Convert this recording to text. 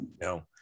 no